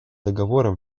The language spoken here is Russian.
договора